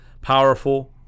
powerful